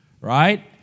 right